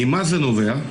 ממה זה נובע?